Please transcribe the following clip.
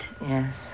Yes